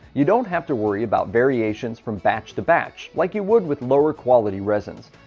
you don't have to worry about variations from batch to batch like you would with lower-quality resins.